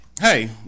hey